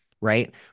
Right